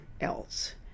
else